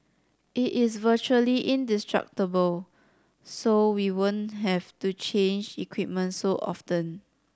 it is virtually indestructible so we won't have to change equipment so often